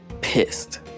pissed